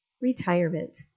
Retirement